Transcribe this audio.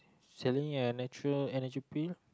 selling a natural energy pill